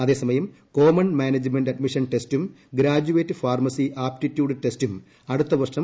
അതേസമയം common management admission ഒട്സ്റ്റൂർ graduate pharmacy aptitude ടെസ്റ്റും അടുത്ത വ്വർഷക